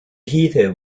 heather